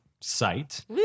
Site